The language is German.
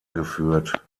geführt